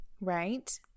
Right